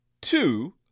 Two